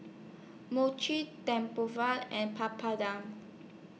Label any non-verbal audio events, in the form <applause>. Mochi <unintelligible> and Papadum